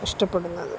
ഇഷ്ടപ്പെടുന്നത്